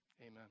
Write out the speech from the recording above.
amen